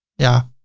yeah.